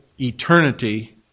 eternity